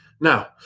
Now